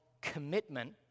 commitment